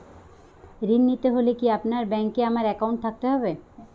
ঋণ নিতে হলে কি আপনার ব্যাংক এ আমার অ্যাকাউন্ট থাকতে হবে?